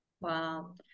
Wow